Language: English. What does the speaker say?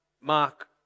mark